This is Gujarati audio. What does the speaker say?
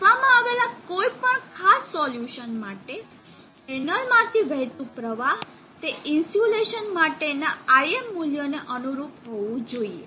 આપવામાં આવેલા કોઈપણ ખાસ સોલ્યુશનમાં માટે પેનલમાંથી વહેતું પ્રવાહ તે ઇન્સ્યુલેશન માટેના Im મૂલ્યને અનુરૂપ હોવું જોઈએ